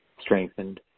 strengthened